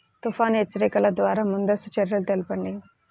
తుఫాను హెచ్చరికల ద్వార ముందస్తు చర్యలు తెలపండి?